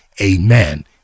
Amen